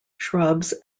shrubs